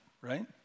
right